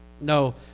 No